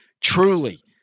Truly